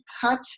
cut